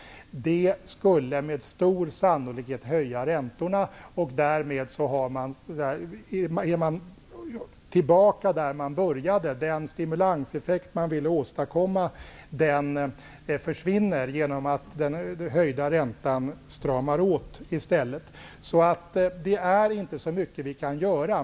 Det skulle med stor sannolikhet höja räntorna, och därmed är man tillbaka där man började. Den stimulanseffekt man ville åstadkomma försvinner genom att den höjda räntan stamar åt i stället. Så det är inte så mycket vi kan göra.